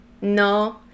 no